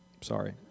Sorry